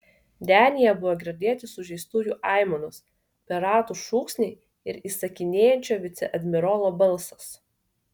denyje buvo girdėti sužeistųjų aimanos piratų šūksniai ir įsakinėjančio viceadmirolo balsas